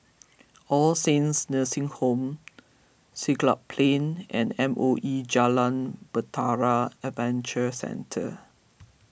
All Saints Nursing Home Siglap Plain and M O E Jalan Bahtera Adventure Centre